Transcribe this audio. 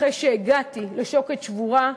אחרי שהגעתי לשוקת שבורה,